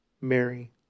Mary